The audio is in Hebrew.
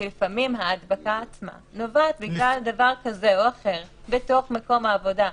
כי לפעמים ההדבקה עצמה נובעת בגלל דבר כזה או אחר בתוך מקום העבודה,